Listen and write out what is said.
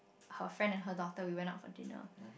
her friend and her daughter we went out for dinner